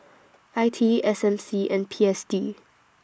I T E S M C and P S D